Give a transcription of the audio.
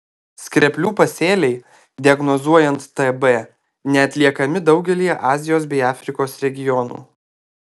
skreplių pasėliai diagnozuojant tb neatliekami daugelyje azijos bei afrikos regionų